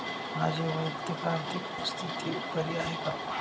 माझी वैयक्तिक आर्थिक स्थिती बरी आहे का?